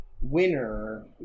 winner